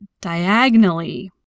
diagonally